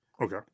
Okay